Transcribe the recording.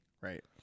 Right